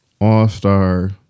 all-star –